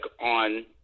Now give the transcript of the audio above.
on